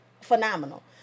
phenomenal